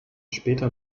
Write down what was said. später